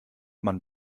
man